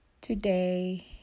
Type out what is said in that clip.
today